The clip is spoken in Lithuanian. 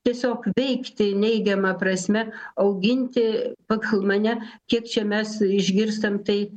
tiesiog veikti neigiama prasme auginti pagal mane kiek čia mes išgirstam tai